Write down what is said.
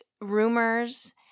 rumors